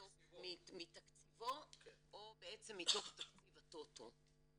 מתקציבו או בעצם מתוך תקציב הטוטו.